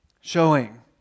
showing